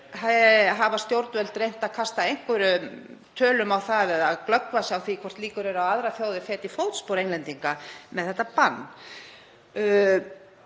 líka: Hafa stjórnvöld reynt að kasta einhverjum tölum á það eða glöggva sig á því hvort líkur eru á aðrar þjóðir feti í fótspor Englendinga með slíkt bann?